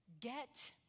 Get